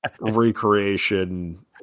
recreation